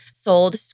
Sold